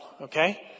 Okay